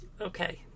Okay